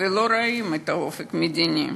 אומרים שהם לא רואים את האופק המדיני.